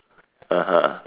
(uh huh)